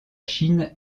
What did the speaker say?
chine